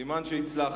סימן שהצלחתי.